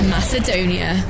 Macedonia